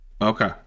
Okay